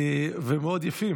ומאוד יפים,